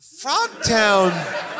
Frogtown